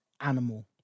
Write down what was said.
animal